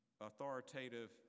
authoritative